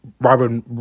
Robert